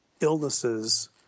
illnesses